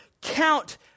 count